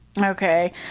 Okay